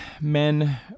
men